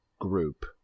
group